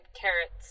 carrots